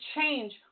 change